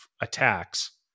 attacks